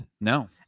No